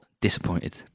disappointed